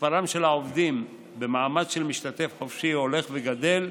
מספרם של העובדים במעמד של משתתף חופשי הולך וגדל,